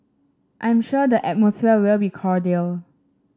I'm sure the atmosphere will be cordial